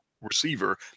receiver